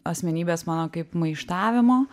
asmenybės mano kaip maištavimo